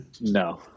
No